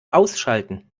ausschalten